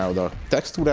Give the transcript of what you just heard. added ah text but